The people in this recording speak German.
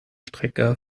strecke